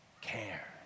care